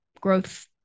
growth